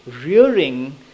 rearing